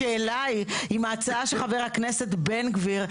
השאלה היא אם ההצעה של חבר הכנסת בן גביר,